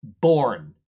born